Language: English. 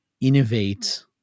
innovate